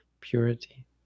purity